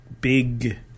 big